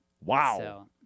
Wow